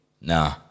Nah